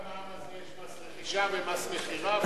ועל המע"מ הזה יש מס רכישה ומס מכירה,